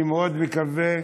אני מאוד מקווה,